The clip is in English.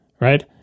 right